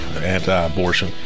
anti-abortion